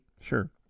Sure